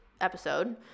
episode